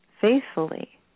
faithfully